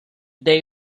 day